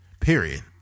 period